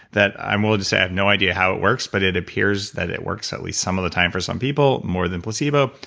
that i'm willing to say, i have no idea how it works but it appears that it works at least some of the time for some people more than placebo.